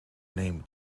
named